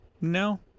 No